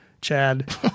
Chad